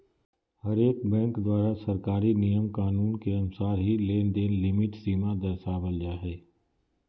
हरेक बैंक द्वारा सरकारी नियम कानून के अनुसार ही लेनदेन लिमिट सीमा दरसावल जा हय